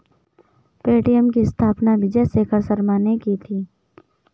Paytm की स्थापना विजय शेखर शर्मा ने की थी